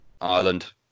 ireland